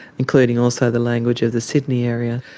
including also the language of the sydney area.